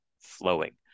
flowing